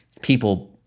people